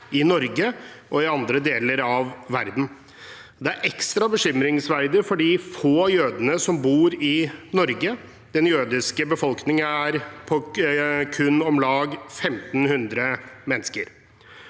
i Norge og i andre deler av verden. Det er ekstra bekymringsverdig for de få jødene som bor i Norge. Den jødiske befolkningen er på kun om lag 1 500 mennesker.